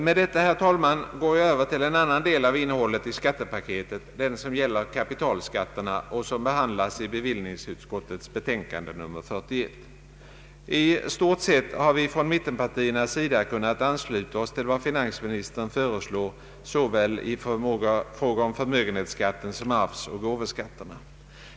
Med detta, herr talman, går jag över till en annan del av innehållet i skattepaketet, den som gäller kapitalskatterna och som behandlas i bevillningsutskottets betänkande nr 41. I stort sett har vi från mittenpartiernas sida kunnat ansluta oss till vad finansministern föreslår i fråga om såväl förmögenhetsskatten som arvsoch gåvoskatterna.